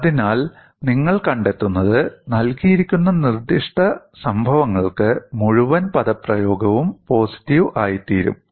അതിനാൽ നിങ്ങൾ കണ്ടെത്തുന്നത് നൽകിയിരിക്കുന്ന നിർദ്ദിഷ്ട സംഭവങ്ങൾക്ക് മുഴുവൻ പദപ്രയോഗവും പോസിറ്റീവ് ആയിത്തീരും